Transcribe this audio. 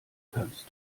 kannst